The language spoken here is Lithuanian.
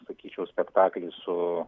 sakyčiau spektaklį su